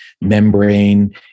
Membrane